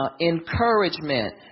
encouragement